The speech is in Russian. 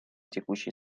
текущей